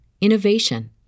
innovation